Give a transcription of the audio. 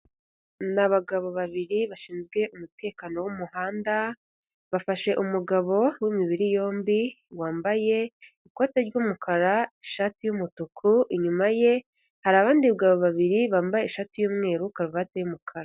Ni abagabo babiri bashinzwe umutekano wo mu muhanda bafashe umugabo w'imibiri yombi wambaye ikoti ry'umukara, ishati y'umutuku ,inyuma ye hari abandi bagabo babiri bambaye ishati y'umweru, karuvati y'umukara.